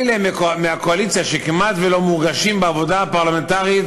אלה מהקואליציה שכמעט לא מורגשים בעבודה הפרלמנטרית